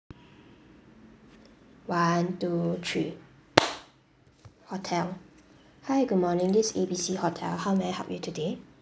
one two three hotel hi good morning this A B C hotel how may I help you today